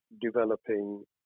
developing